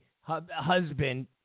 husband